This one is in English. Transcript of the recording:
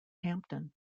hampton